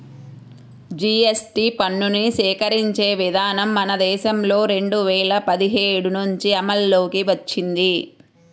GST పన్నుని సేకరించే విధానం మన దేశంలో రెండు వేల పదిహేడు నుంచి అమల్లోకి వచ్చింది